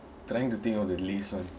trying to think of the least one